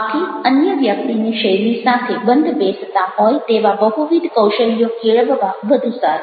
આથી અન્ય વ્યક્તિની શૈલી સાથે બંધબેસતા હોય તેવા બહુવિધ કૌશલ્યો કેળવવા વધુ સારું